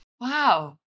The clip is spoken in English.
Wow